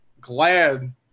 glad